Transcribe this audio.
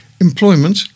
employment